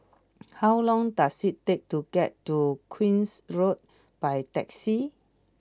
how long does it take to get to Queen's Road by taxi